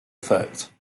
effect